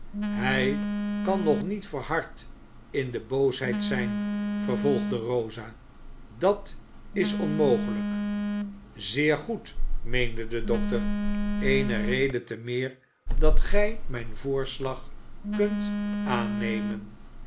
hij kan nog niet verhard in de boosheid zijn vervolgde rosa dat is onmogelijk zeer goed meende de dokter eene reden te meer dat gij mijn voorslag kunt aannemen